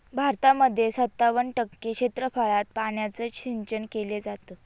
भारतामध्ये सत्तावन्न टक्के क्षेत्रफळात पाण्याचं सिंचन केले जात